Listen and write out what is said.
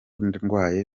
ndwaye